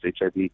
HIV